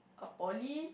poly